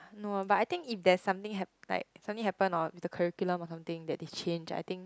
no but I think if there's something hap~ like something happen or the curriculum that is change I think